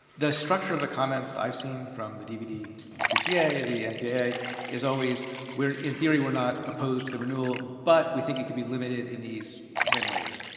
the structure of the comments i've seen from the dvd cca, the mpaa is always we're in theory, we're not opposed to the renewal. but we think it could be limited in these ten ways,